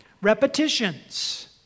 repetitions